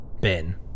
ben